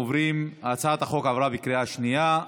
הצעת החוק עברה בקריאה שנייה.